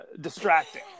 distracting